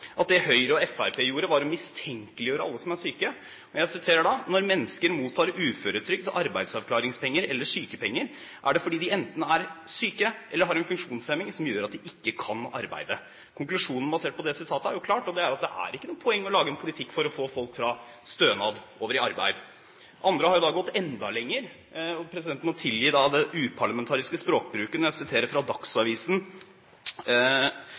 at det Høyre og Fremskrittspartiet gjorde, var å mistenkeliggjøre alle som er syke. Vi kunne også lese at når mennesker mottar uføretrygd og arbeidsavklaringspenger eller sykepenger, er det fordi de enten er syke eller har en funksjonshemning som gjør at de ikke kan arbeide. Konklusjonen av dette er klar, det er ikke noe poeng i å lage en politikk for å få folk over fra stønad til arbeid. Andre har gått enda lenger – og presidenten må tilgi den uparlamentariske språkbruken når jeg siterer fra Dagsavisen